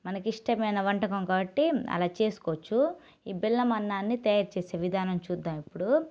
మనకిష్టమైన వంటకం కాబట్టి అలా చేసుకోవచ్చు ఈ బెల్లమన్నాన్ని తయారు చేసే విధానం చూద్దాం ఇప్పుడు